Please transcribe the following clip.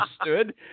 understood